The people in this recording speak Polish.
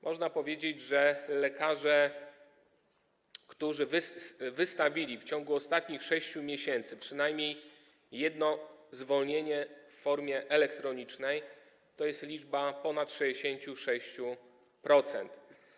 Można powiedzieć, że lekarzy, którzy wystawili w ciągu ostatnich 6 miesięcy przynajmniej jedno zwolnienie w formie elektronicznej, jest ponad 66%.